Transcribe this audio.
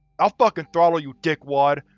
i'll fucking throttle you, dickwad.